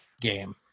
game